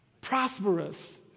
Prosperous